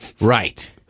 Right